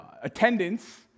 attendance